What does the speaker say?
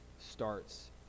starts